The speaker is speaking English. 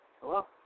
Hello